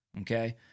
Okay